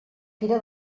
fira